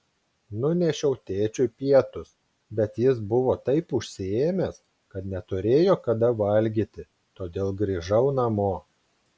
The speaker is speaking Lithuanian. nunešiau tėčiui pietus bet jis buvo taip užsiėmęs kad neturėjo kada valgyti todėl grįžau namo